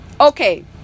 Okay